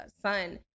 son